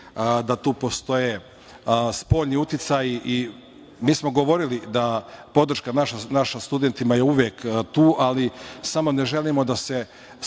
da tu postoje spoljni uticaji. Mi smo govorili da je naša podrška studentima uvek tu, ali samo ne želimo da se